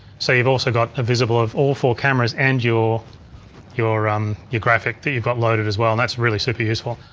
so you've also got a visible of all four cameras and your your um graphic that you got loaded as well and that's really super useful.